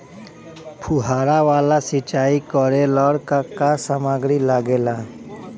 फ़ुहारा वाला सिचाई करे लर का का समाग्री लागे ला?